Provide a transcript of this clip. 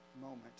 moment